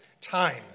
time